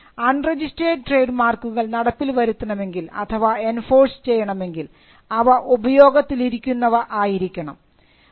കാരണം unregistered trade മാർക്കുകൾ നടപ്പിൽ വരുത്തണമെങ്കിൽ അഥവാ എൻഫോഴ്സ് ചെയ്യണമെങ്കിൽ അവ ഉപയോഗത്തിലിരിക്കുന്നവ ആയിരിക്കണം